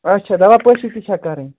اَچھا دوا پٲشی تہِ چھا کَرٕنۍ